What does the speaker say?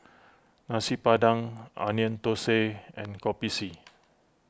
Nasi Padang Onion Thosai and Kopi C